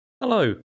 hello